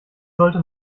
sollte